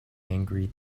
angry